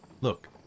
Look